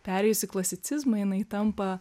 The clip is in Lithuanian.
perėjus į klasicizmą jinai tampa